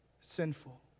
sinful